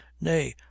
Nay